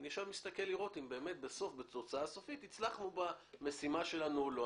אני עכשיו מסתכל לראות באמת בתוצאה הסופית הצלחנו במשימה שלנו או לא.